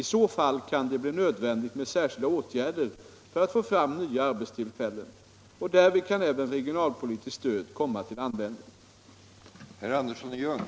I så fall kan det bli nödvändigt med särskilda åtgärder för — att få fram nya arbetstillfällen. Därvid kan även regionalpolitiskt stöd Om ersättningsetakomma till användning. blering i Herrljunga